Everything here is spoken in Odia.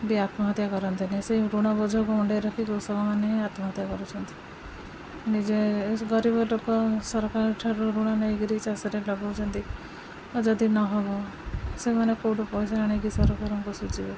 ବି ଆତ୍ମହତ୍ୟା କରନ୍ତେନି ସେଇ ଋଣ ବୋଝକୁ ମୁଣ୍ଡେଇ ରଖି କୃଷକମାନେ ଆତ୍ମହତ୍ୟା କରୁଛନ୍ତି ନିଜେ ଗରିବ ଲୋକ ସରକାରଙ୍କଠାରୁ ଋଣ ନେଇକିରି ଚାଷରେ ଲଗଉଛନ୍ତି ଆଉ ଯଦି ନହବ ସେମାନେ କେଉଁଠୁ ପଇସା ଆଣିକି ସରକାରଙ୍କୁ ସୁଝିବେ